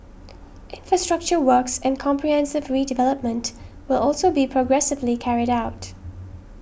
infrastructure works and comprehensive redevelopment will also be progressively carried out